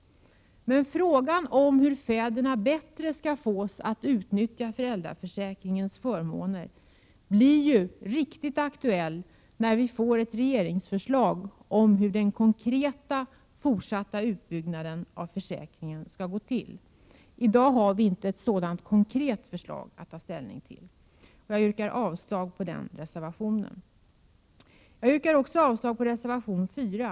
Frågan om hur fäderna bättre skall fås att utnyttja föräldraförsäkringens förmåner blir ju riktigt aktuell, när vi får ett regeringsförslag om hur den konkreta fortsatta utbyggnaden av försäkringen skall gå till. I dag har vi inte något konkret förslag att ta ställning till. Jag yrkar avslag på reservationen. Jag yrkar också avslag på reservation 4.